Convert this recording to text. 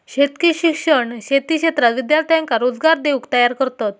शेतकी शिक्षण शेती क्षेत्रात विद्यार्थ्यांका रोजगार देऊक तयार करतत